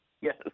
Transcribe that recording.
Yes